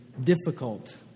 difficult